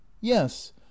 Yes